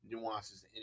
nuances